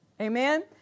Amen